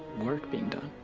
work being done.